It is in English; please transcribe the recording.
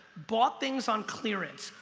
bought things on clearance,